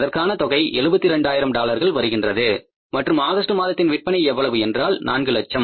அதற்கான தொகை 72 ஆயிரம் டாலர்கள் வருகின்றது மற்றும் ஆகஸ்ட் மாதத்தின் விற்பனை எவ்வளவு என்றால் 4 லட்சம்